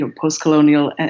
post-colonial